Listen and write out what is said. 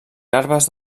garbes